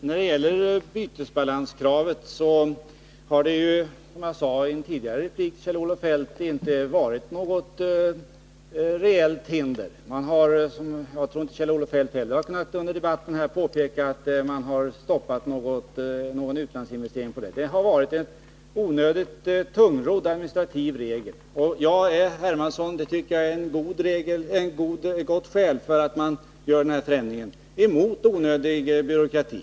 Herr talman! Bytesbalanskravet har, som jag sade i en tidigare replik till Kjell-Olof Feldt, inte varit något reellt hinder. Jag tror inte att Kjell-Olof Feldt heller under debatten här har kunnat peka på att man stoppat någon utlandsinvestering på den grunden. Bytesbalanskravet har inneburit en onödigt tungrodd administrativ regel. Jag är, herr Hermansson — och det tycker jag är ett gott skäl för att göra denna förändring — emot onödig byråkrati.